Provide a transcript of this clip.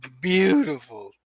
beautiful